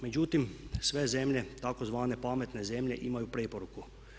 Međutim, sve zemlje, tzv. „pametne“ zemlje imaju preporuku.